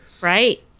Right